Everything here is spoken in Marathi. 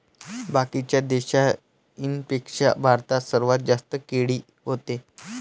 बाकीच्या देशाइंपेक्षा भारतात सर्वात जास्त केळी व्हते